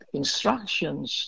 instructions